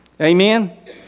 Amen